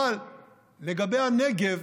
אבל לגבי הנגב